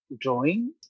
drawing